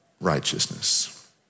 righteousness